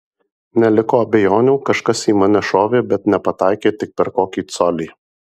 neliko abejonių kažkas į mane šovė bet nepataikė tik per kokį colį